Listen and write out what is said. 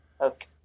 Okay